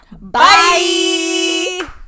Bye